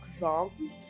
wrong